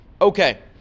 Okay